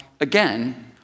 again